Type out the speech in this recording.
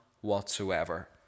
whatsoever